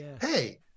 hey